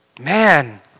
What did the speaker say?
man